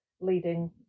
leading